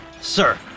Sir